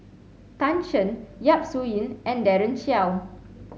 Tan Shen Yap Su Yin and Daren Shiau